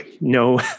no